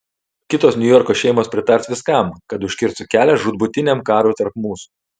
kitos niujorko šeimos pritars viskam kad užkirstų kelią žūtbūtiniam karui tarp mūsų